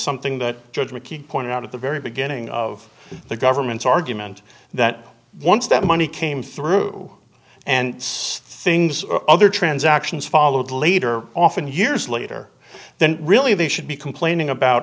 something that judge mckeague pointed out at the very beginning of the government's argument that once that money came through and things or other transactions followed later often years later then really they should be complaining about